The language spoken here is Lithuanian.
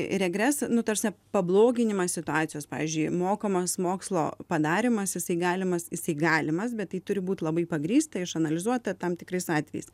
regres nu ta prasme pabloginimas situacijos pavyzdžiui mokamas mokslo padarymas jisai galimas jisai galimas bet tai turi būti labai pagrįsta išanalizuota tam tikrais atvejais